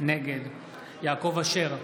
נגד יעקב אשר,